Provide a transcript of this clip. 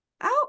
out